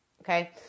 okay